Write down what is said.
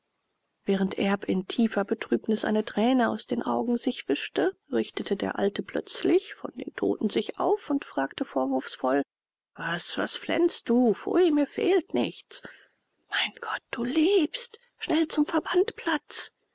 während erb in tiefer betrübnis eine träne aus den augen sich wischte richtete der alte plötzlich von den toten sich auf und fragte vorwurfsvoll was was flennst du pfui mir fehlt nichts mein gott du lebst schnell zum